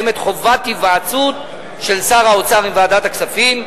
קיימת חובת היוועצות של שר האוצר בוועדת הכספים.